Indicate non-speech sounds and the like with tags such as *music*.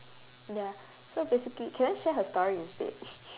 ya so basically can I share her story instead *noise*